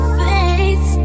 face